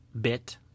bit